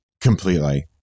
Completely